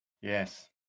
Yes